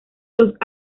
los